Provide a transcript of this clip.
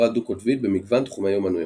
הפרעה דו-קוטבית במגוון תחומי אמנויות.